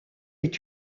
est